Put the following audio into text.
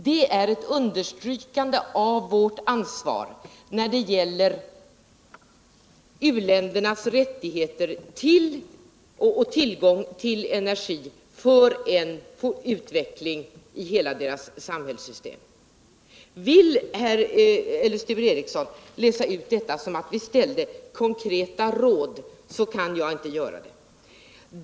Det är ett understrykande av vårt ansvar när det gäller u-ländernas rättigheter och tillgång till energi för utveckling av hela deras samhällssystem. Vill Sture Ericson läsa detta så att vi ger konkreta råd, kan jag inte hålla med honom.